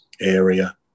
area